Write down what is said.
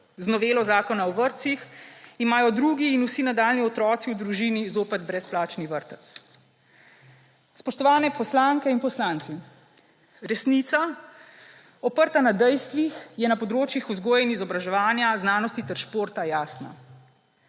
Z novelo Zakona o vrtcih imajo drugi in vsi nadaljnji otroci v družini zopet brezplačni vrtec. Spoštovane poslanke in poslanci, resnica, oprta na dejstva, je na področjih vzgoje in izobraževanja, znanosti ter športa jasna.